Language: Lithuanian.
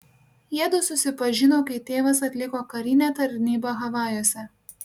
jiedu susipažino kai tėvas atliko karinę tarnybą havajuose